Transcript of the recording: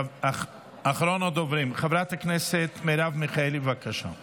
אחרונת הדוברים, חברת הכנסת מרב מיכאלי, בבקשה.